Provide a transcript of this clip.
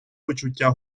почуття